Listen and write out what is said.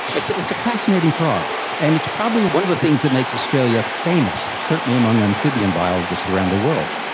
it's it's a fascinating frog, and it's probably one of the things that makes australia famous, certainly among amphibian biologists around the world.